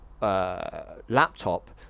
Laptop